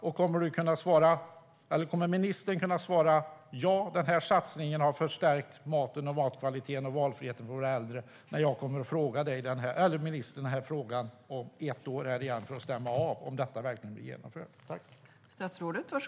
Och kommer ministern att kunna svara att den här satsningen har förstärkt matkvaliteten och valfriheten för våra äldre när jag ställer frågan om ett år för att stämma av att detta verkligen genomförs?